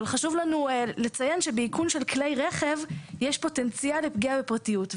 אבל חשוב לנו לציין שבאיכון של כלי רכב יש פוטנציאל לפגיעה בפרטיות.